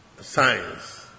science